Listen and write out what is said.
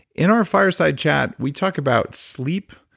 in our fireside chat, we talk about sleep,